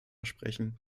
sprechen